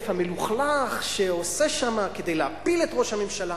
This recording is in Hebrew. המלוכלך שעושה שם כדי להפיל את ראש הממשלה.